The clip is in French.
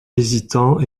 hésitant